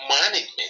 management